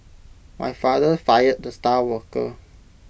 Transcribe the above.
my father fired the star worker